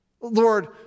Lord